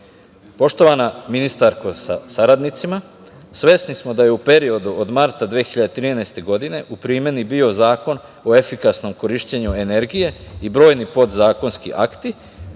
obrnuto. Poštovana ministarko sa saradnicima, svesni smo da je u periodu od marta 2013. godine, u primeni bio Zakon o efikasnom korišćenju energije, i brojni podzakonski akti,